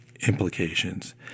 implications